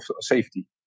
safety